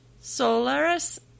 Solaris